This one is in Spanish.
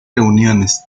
reuniones